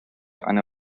eine